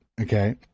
okay